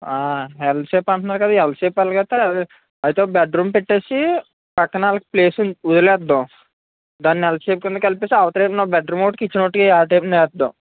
L shape అంటున్నారు కదా L shape ఎలాగైతే అయితే బెడ్రూమ్ పెట్టేసి పక్కన వాళ్ళకి ప్లేస్ వదిలేద్దాం దాన్ని ఎల్ షేప్ కింద కలిపేసి అవతల ఇవతల బెడ్రూమ్ ఒకటి కిచెన్ ఒకటి ఆ టైప్ వేద్దాం